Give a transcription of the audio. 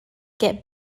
get